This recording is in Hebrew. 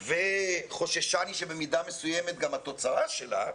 וחוששני שבמידה מסוימת גם התוצאה שלה,